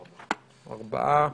ארבעה.